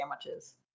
sandwiches